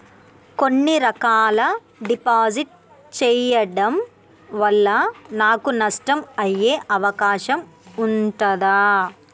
కొన్ని రకాల డిపాజిట్ చెయ్యడం వల్ల నాకు నష్టం అయ్యే అవకాశం ఉంటదా?